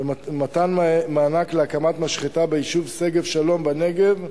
ומתן מענק להקמת משחטה ביישוב שגב-שלום בנגב,